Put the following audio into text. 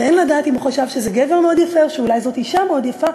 ואין לדעת אם הוא חשב שזה גבר מאוד יפה או שאולי זו אישה מאוד יפה.